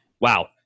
Wow